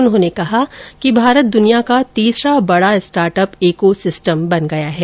उन्होंने कहा कि भारत दुनिया का तीसरा बड़ा स्टार्टअप इको सिस्टम बन गया है